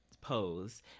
pose